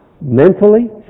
mentally